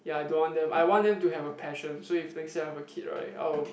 ya I don't want them I want them to have a passion so if let's say I have a kid right I'll